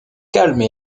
calme